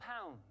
pounds